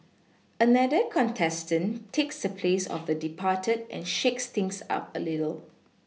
another contestant takes the place of the departed and shakes things up a little